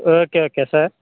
okay okay sir